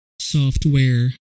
software